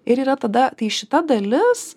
ir yra tada tai šita dalis